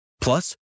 Plus